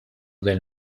del